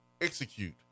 execute